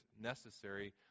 necessary